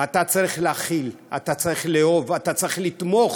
אתה צריך להכיל, אתה צריך לאהוב, אתה צריך לתמוך,